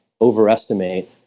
overestimate